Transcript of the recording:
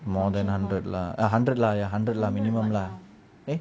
more than hundred lah a hundred lah ya hundred lah minimum lah